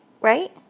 Right